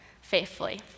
faithfully